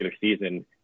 season